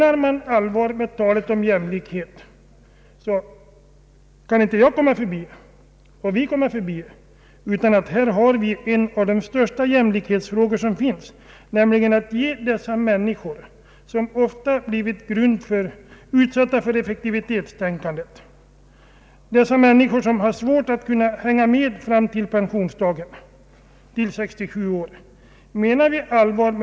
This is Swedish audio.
Jag kan inte komma ifrån att detta är en av våra största jämlikhetsfrågor. Menar vi allvar med talet om jämlikhet, bör vi sänka pensionsåldern till 65 år för dessa människor, som ofta blivit offer för effektivitetstänkandet och har svårt att hänga med fram till pensionsåldern 67 år.